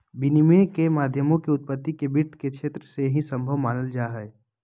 विनिमय के माध्यमों के उत्पत्ति के वित्त के क्षेत्र से ही सम्भव मानल जा हइ